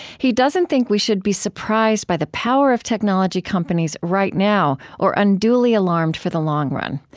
he doesn't think we should be surprised by the power of technology companies right now or unduly alarmed for the long run.